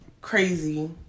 crazy